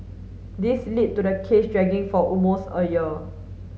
this lead to the case dragging for almost a year